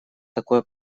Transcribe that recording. такое